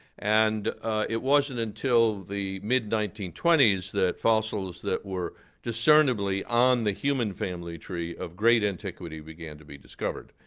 and it wasn't until the mid nineteen twenty s that fossils that were discernibly on the human family tree of great antiquity began to be discovered.